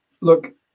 look